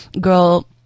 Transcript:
girl